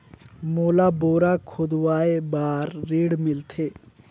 मोला बोरा खोदवाय बार ऋण मिलथे?